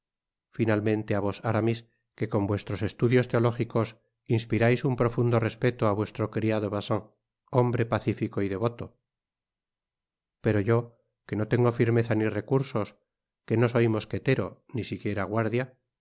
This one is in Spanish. finalmente a vos aramis que con vuestros estudios teológicos inspirais un profundo respeto á vuestro criado bazin hombre pacifico y devoto pero yo que no tengo firmeza ni recursos que no soy mosquetero ni siquiera guardia